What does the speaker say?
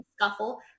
scuffle